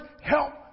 help